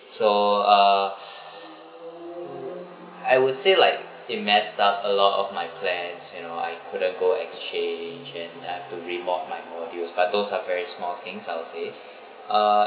so uh I would say like it mess up a lot of my plans you know I couldn't go exchange and I have to remote my modules but those are very small things I would say ah